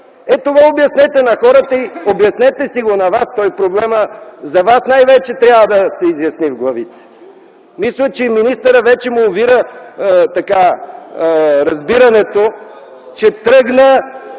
Ето това обяснете на хората. Обяснете си го и на вас. Проблемът най-вече на вас трябва да ви се изясни в главите. Мисля, че и на министъра вече му увира разбирането, че тръгна